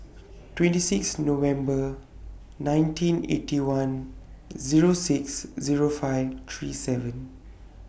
twenty six November nineteen Eighty One Zero six Zero five three seven